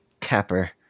capper